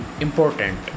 important